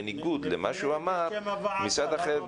בניגוד למה שהוא אמר -- בשם הוועדה.